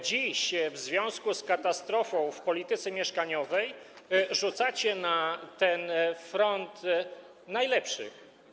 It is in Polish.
Dziś w związku z katastrofą w polityce mieszkaniowej rzucacie na ten front najlepszych.